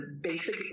basic